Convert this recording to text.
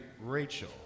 Rachel